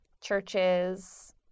churches